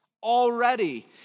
already